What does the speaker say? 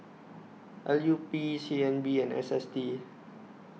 L U P C N B and S S T